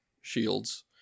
shields